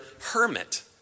hermit